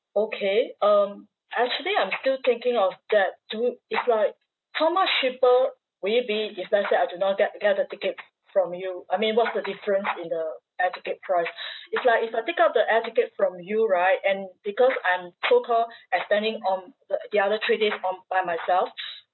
okay um I actually I'm still thinking of that do you if like how much cheaper will it be if let's say I do not get get the ticket from you I mean what's the difference in the air ticket price if like if I take up the air ticket from you right and because I'm so call extending um the the other three days on by myself